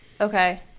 Okay